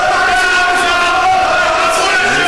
בחמולה שלך.